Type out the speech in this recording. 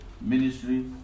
ministry